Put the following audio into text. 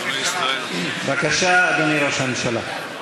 בבקשה, אדוני ראש הממשלה.